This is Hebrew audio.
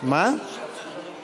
סעיף שאושר בלי, ראש הממשלה.